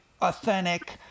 authentic